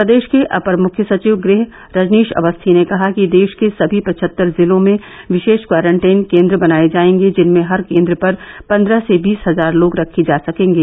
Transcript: प्रदेश के अपर मुख्य सचिव ग़ह रजनीश अवस्थी ने कहा कि देश के सभी पचहत्तर जिलों में विशेष क्वारंटीन केंद्र बनाए जाएंगे जिनमें हर केंद्र पर पंद्रह से बीस हजार लोग रखे जा सकेंगे